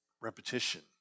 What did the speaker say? repetition